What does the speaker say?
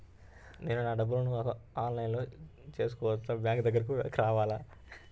నేను నా డబ్బులను ఆన్లైన్లో చేసుకోవచ్చా? బ్యాంక్ దగ్గరకు రావాలా?